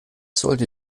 sollte